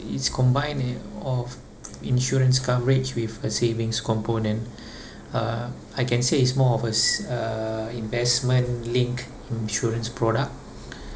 it's combine of insurance coverage with a savings component uh I can say it's more of a s~ uh investment-linked insurance product